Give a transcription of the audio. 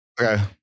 Okay